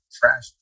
trash